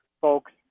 folks